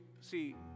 see